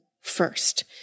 first